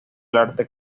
arte